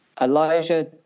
Elijah